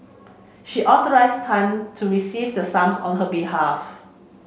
she authorised Tan to receive the sums on her behalf